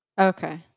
Okay